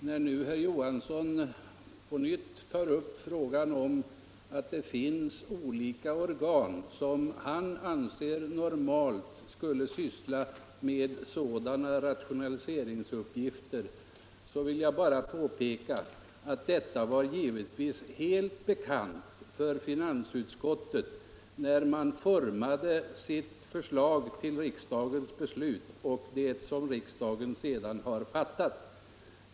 När herr Johansson i Trollhättan nu på nytt anför att det finns olika organ som han anser normalt skulle syssla med sådana rationaliseringsuppgifter som det här var fråga om vill jag bara påpeka att detta givetvis var bekant för finansutskottet när utskottet utformade sitt förslag till riksdagsbeslut, ett förslag som riksdagen också följde.